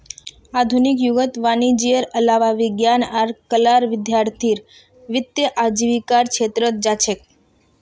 आधुनिक युगत वाणिजयेर अलावा विज्ञान आर कलार विद्यार्थीय वित्तीय आजीविकार छेत्रत जा छेक